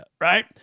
Right